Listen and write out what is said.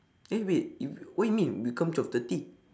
eh wait you what you mean we come twelve thirty